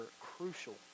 crucial